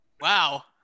Wow